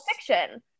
fiction